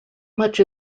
much